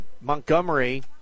Montgomery